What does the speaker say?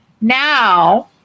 Now